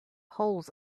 holes